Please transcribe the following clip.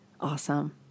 Awesome